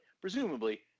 presumably